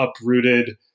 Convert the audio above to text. uprooted